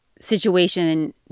situation